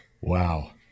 Wow